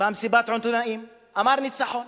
במסיבת עיתונאים, אמר: ניצחון.